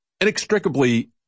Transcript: inextricably